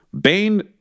Bane